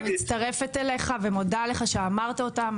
אני מצטרפת אליך ומודה לך שאמרת אותם.